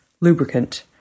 lubricant